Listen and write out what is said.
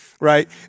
right